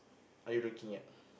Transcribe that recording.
are you looking at